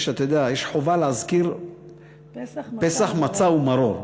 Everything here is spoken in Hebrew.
אתה יודע, יש חובה להזכיר, פסח, מצה ומרור.